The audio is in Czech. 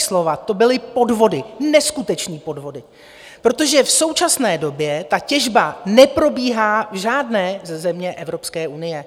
Ne fixlovat, to byly podvody, neskutečné podvody, protože v současné době těžba neprobíhá v žádné ze zemí Evropské unie.